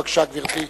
בבקשה, גברתי.